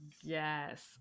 yes